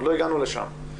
עוד לא הגענו לשם.